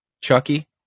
Chucky